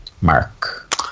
Mark